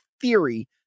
theory